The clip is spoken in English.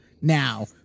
Now